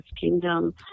kingdom